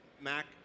Mac